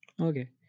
Okay